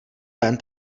ven